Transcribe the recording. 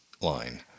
line